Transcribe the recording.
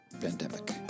pandemic